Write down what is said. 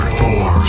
four